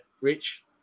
Rich